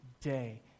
day